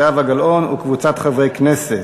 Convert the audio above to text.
עליזה לביא וזהבה גלאון וקבוצת חברי הכנסת,